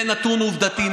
זה נתון עובדתי.